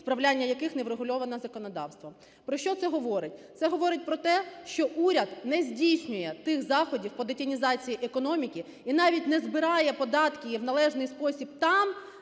справляння яких не врегульовано законодавством. Про що це говорить? Це говорить про те, що уряд не здійснює тих заходів по детінізації економіки і навіть не збирає податки в належний спосіб там,